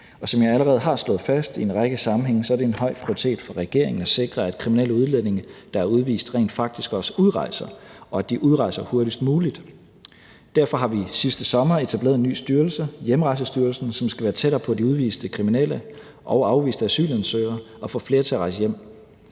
Og som jeg allerede har slået fast i en række sammenhænge, er det en høj prioritet for regeringen at sikre, at kriminelle udlændinge, der er udvist, rent faktisk også udrejser, og at de udrejser hurtigst muligt. Derfor har vi sidste sommer etableret en ny styrelse, Hjemrejsestyrelsen, som skal være tættere på de udviste kriminelle og afviste asylansøgere og få flere til at rejse hjem.